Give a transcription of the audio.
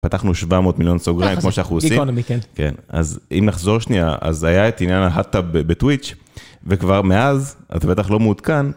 פתחנו 700 מיליון סוגריים כמו שאנחנו עושים. איקונומי, כן. כן, אז אם נחזור שנייה, אז היה את עניין ה hot tub בטוויץ', וכבר מאז, אתה בטח לא מעודכן.